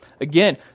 Again